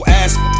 ass